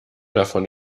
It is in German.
davon